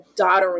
daughtering